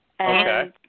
Okay